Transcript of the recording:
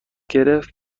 گرفت